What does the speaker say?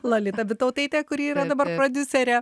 lolita bytautaitė kuri yra dabar prodiuserė